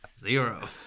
Zero